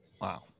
Wow